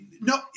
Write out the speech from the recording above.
no